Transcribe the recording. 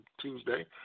Tuesday